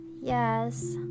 Yes